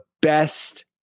best